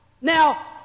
Now